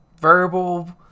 verbal